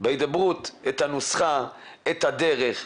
בהידברות את הנוסחה ואת הדרך.